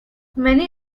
many